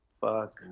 Fuck